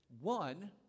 one